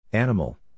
Animal